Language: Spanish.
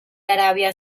arabia